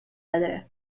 weather